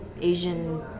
Asian